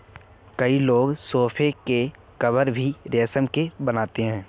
कई लोग सोफ़े के कवर भी रेशम के बनवाते हैं